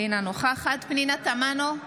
אינה נוכחת פנינה תמנו,